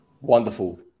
Wonderful